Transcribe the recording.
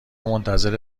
منتظر